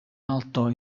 alto